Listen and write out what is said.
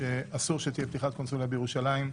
שאסור שתהיה פתיחת קונסוליה בירושלים.